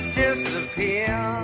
disappear